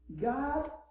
God